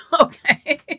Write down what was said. Okay